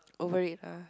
over it ah